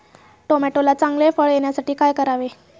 टोमॅटोला चांगले फळ येण्यासाठी काय करावे?